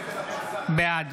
בעד